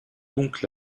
donc